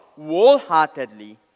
wholeheartedly